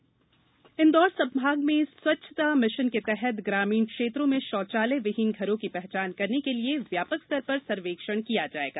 सर्वेक्षण इंदौर संभाग में स्वच्छता मिशन के तहत ग्रामीण क्षेत्रों में षौचालय विहीन घरों की पहचान करने के लिए व्यापक स्तर पर सर्वेक्षण किया जाएगा